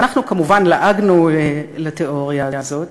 ואנחנו כמובן לעגנו לתיאוריה הזאת,